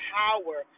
power